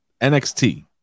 NXT